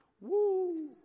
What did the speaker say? Woo